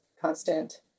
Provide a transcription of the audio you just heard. constant